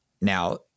Now